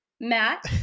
Matt